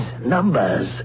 numbers